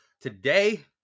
Today